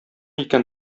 икән